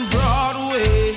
Broadway